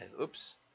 oops